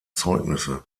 zeugnisse